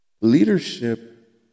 leadership